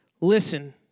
listen